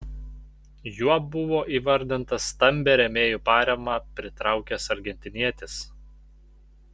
juo buvo įvardintas stambią rėmėjų paramą pritraukęs argentinietis